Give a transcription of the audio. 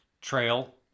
trail